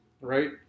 Right